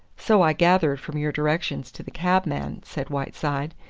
so i gathered from your directions to the cabman, said whiteside.